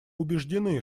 убеждены